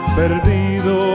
perdido